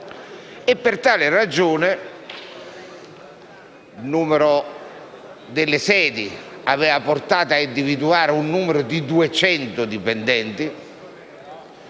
Per tale ragione, la quantità delle sedi aveva portato a individuare un numero di 200 dipendenti